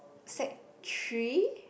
Sec Three